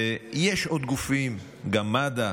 יש עוד גופים, גם מד"א